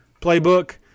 playbook